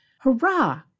Hurrah